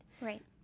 Right